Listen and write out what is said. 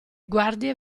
guardie